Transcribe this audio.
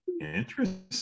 interesting